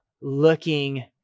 looking